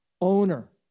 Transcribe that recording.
owner